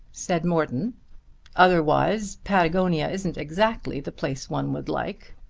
said morton otherwise patagonia isn't exactly the place one would like.